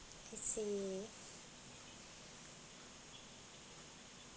I see